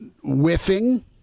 whiffing